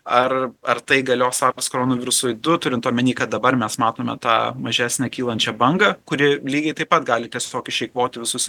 ar ar tai galios sars koronavirusui du turint omeny kad dabar mes matome tą mažesnę kylančią bangą kuri lygiai taip pat gali tiesiog išeikvoti visus